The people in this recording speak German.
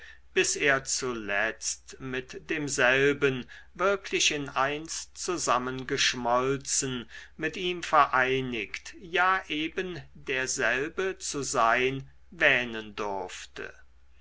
bis er zuletzt mit demselben wirklich in eins zusammengeschmolzen mit ihm vereinigt ja eben derselbe zu sein wähnen durfte